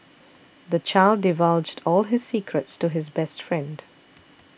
the child divulged all his secrets to his best friend